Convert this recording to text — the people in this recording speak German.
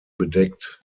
bedeckt